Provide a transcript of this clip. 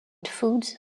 foods